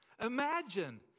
Imagine